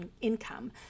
income